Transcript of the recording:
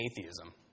atheism